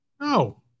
no